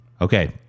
Okay